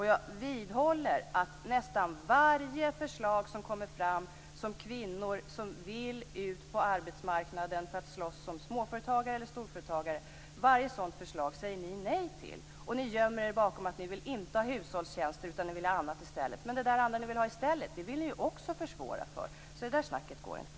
Jag vidhåller att ni säger nej till nästan varje förslag som läggs fram som rör kvinnor som vill ut på arbetsmarknaden för att slåss som småföretagare eller storföretagare. Ni gömmer er bakom att ni inte vill ha hushållstjänster, utan ni vill ha annat i stället. Men det där andra ni vill ha i stället vill ni också försvåra för. Det där snacket går inte.